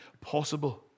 possible